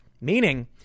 meaning